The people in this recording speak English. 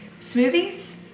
smoothies